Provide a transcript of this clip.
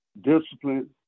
discipline